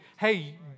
Hey